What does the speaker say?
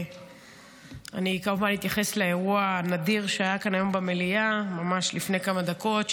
אני כמובן אתייחס לאירוע הנדיר שהיה כאן במליאה ממש לפני כמה דקות,